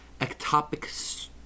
ectopic